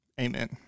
Amen